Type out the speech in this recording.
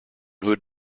hood